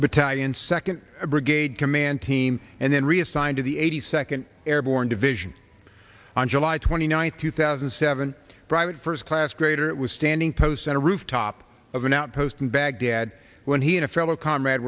battalion second brigade command team and then reassigned to the eighty second airborne division on july twenty ninth two thousand and seven private first class grader was standing post on a rooftop of an outpost in baghdad when he and a fellow comrade